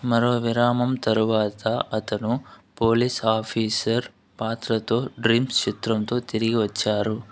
మరో విరామం తరువాత అతను పోలీస్ ఆఫీసర్ పాత్రతో డ్రీమ్స్ చిత్రంతో తిరిగి వచ్చారు